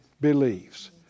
believes